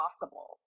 possible